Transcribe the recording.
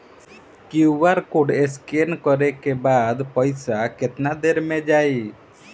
QR code scan न करे क बाद पइसा केतना देर म जाई?